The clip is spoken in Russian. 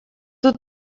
тут